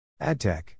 AdTech